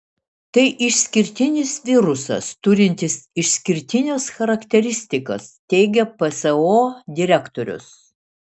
tai išskirtinis virusas turintis išskirtines charakteristikas teigia pso direktorius